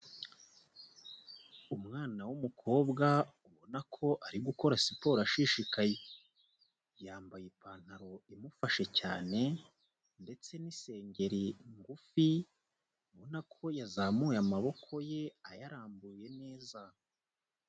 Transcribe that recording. Umwana w'umukobwa ubona ko ari gukora siporo ashishikaye, yambaye ipantaro imufashe cyane ndetse n'isengeri ngufi, ubona ko yazamuye amaboko ye ayarambuye neza.